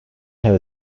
have